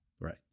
Right